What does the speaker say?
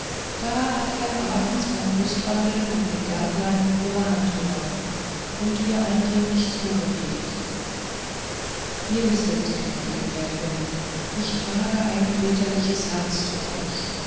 da hat er abends beim lustwandeln in dem gärtlein ihre hand genommen und ihr eindringlich zugeredet ihr wisset gnädige gräfin ich trage ein väterlich herz zu euch